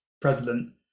president